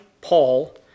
Paul